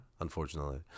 unfortunately